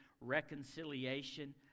reconciliation